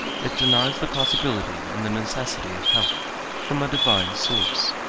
it denies the possibility and the necessity of help from a divine source.